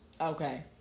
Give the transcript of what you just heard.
Okay